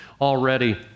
already